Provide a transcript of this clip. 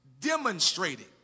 demonstrating